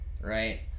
Right